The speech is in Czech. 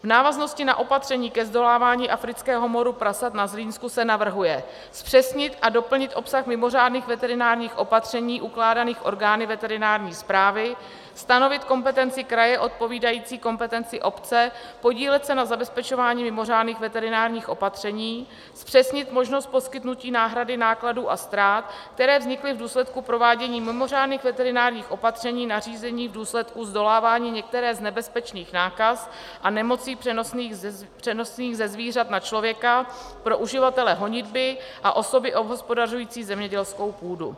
V návaznosti na opatření ke zdolávání afrického moru prasat na Zlínsku se navrhuje zpřesnit a doplnit obsah mimořádných veterinárních opatření ukládaných orgány veterinární správy, stanovit kompetenci kraje odpovídající kompetenci obce, podílet se na zabezpečování mimořádných veterinárních opatření, zpřesnit možnost poskytnutí náhrady nákladů a ztrát, které vznikly v důsledku provádění mimořádných veterinárních opatření nařízených v důsledku zdolávání některé z nebezpečných nákaz a nemocí přenosných ze zvířat na člověka pro uživatele honitby a osoby obhospodařující zemědělskou půdu.